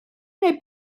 neu